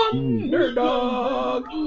Underdog